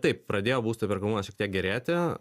taip pradėjo būsto įperkamumas šiek tiek gerėti